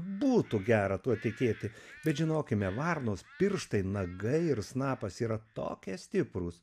būtų gera tuo tikėti bet žinokime varnos pirštai nagai ir snapas yra tokie stiprūs